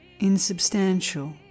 Insubstantial